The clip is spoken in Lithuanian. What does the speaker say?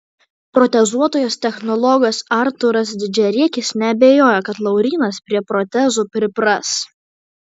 protezuotojas technologas artūras didžiariekis neabejoja kad laurynas prie protezų pripras